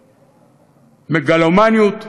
מגלומניות,